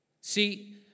See